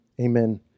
Amen